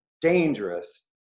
dangerous